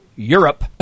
Europe